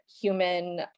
human